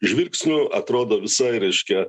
žvilgsniu atrodo visai reiškia